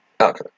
Okay